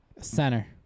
Center